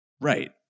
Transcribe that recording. Right